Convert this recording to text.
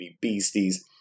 beasties